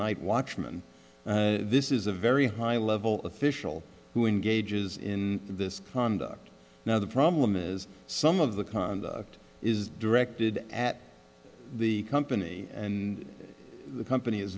nightwatchman this is a very high level official who engages in this conduct now the problem is some of the conduct is directed at the company and the company